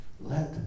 let